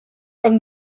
from